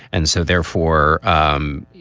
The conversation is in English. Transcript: and so therefore, um